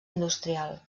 industrial